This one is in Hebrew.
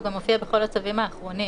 הוא גם מופיע בכל הצווים האחרונים.